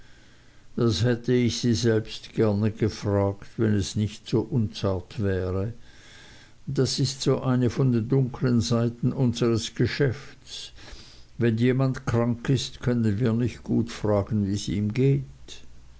das hätte ich sie selbst gerne gefragt wenn es nicht so unzart wäre das ist so eine von den dunkeln seiten unseres geschäfts wenn jemand krank ist können wir nicht gut fragen wies ihm geht